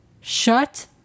shut